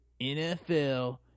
NFL